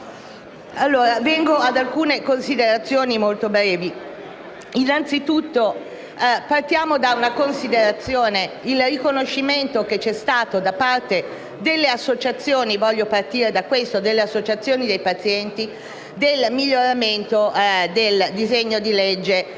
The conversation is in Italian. Vengo ad alcune considerazioni molto brevi: partiamo innanzitutto dal riconoscimento che è giunto da parte delle associazioni dei pazienti del miglioramento del disegno di legge